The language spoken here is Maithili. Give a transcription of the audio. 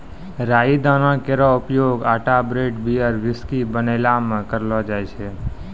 राई दाना केरो उपयोग आटा ब्रेड, बियर, व्हिस्की बनैला म करलो जाय छै